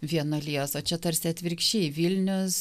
vienuolijos o čia tarsi atvirkščiai vilnius